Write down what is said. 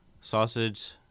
sausage